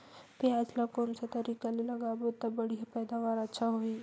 पियाज ला कोन सा तरीका ले लगाबो ता बढ़िया पैदावार अच्छा होही?